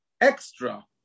extra